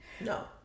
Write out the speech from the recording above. no